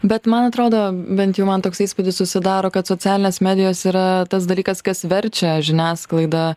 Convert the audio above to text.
bet man atrodo bent jau man toks įspūdis susidaro kad socialinės medijos yra tas dalykas kas verčia žiniasklaidą